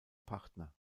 partner